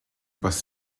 was